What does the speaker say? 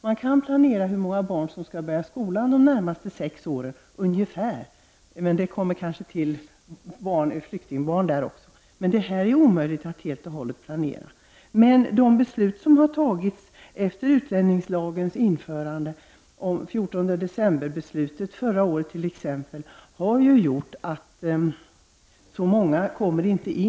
Man kan planera ungefär hur många barn som skall börja skolan de närmaste sex åren -- och det tillkommer kanske flyktingbarn där också. Men det här är som sagt omöjligt att helt och hållet planera. De beslut som har fattats efter utlänningslagens införande, t.ex. 14 december-beslutet förra året, har ju gjort att inte så många kommer in.